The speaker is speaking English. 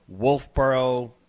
Wolfboro